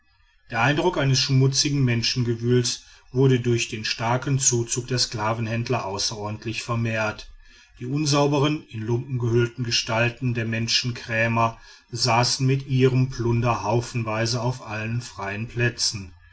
der eindruck eines schmutzigen menschengewühls wurde durch den starken zuzug der sklavenhändler außerordentlich vermehrt die unsaubern in lumpen gehüllten gestalten der menschenkrämer saßen mit ihrem plunder haufenweise auf allen freien plätzen